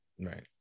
right